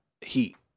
heat